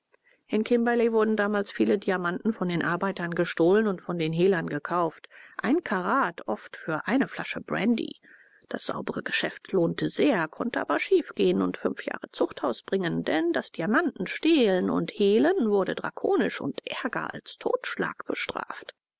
in kimberley wurden damals viele diamanten von den arbeitern gestohlen und von den hehlern gekauft ein karat oft für eine flasche brandy das saubere geschäft lohnte sehr konnte aber schief gehen und fünf jahre zuchthaus bringen denn das diamantenstehlen und hehlen wurde drakonisch und ärger als totschlag bestraft